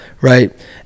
right